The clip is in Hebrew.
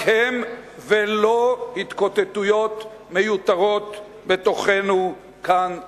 רק הם, ולא התקוטטויות מיותרות בתוכנו, כאן בכנסת.